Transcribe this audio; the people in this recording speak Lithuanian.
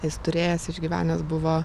jis turėjęs išgyvenęs buvo